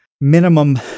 minimum